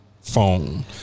phone